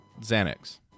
Xanax